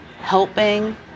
helping